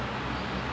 oh you god yes